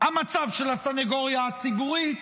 המצב של הסנגוריה הציבורית,